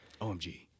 OMG